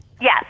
Yes